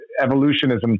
evolutionism